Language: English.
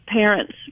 parents